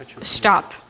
stop